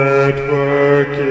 Network